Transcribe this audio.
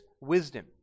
wisdom